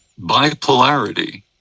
bipolarity